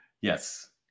Yes